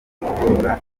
igorora